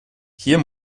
hier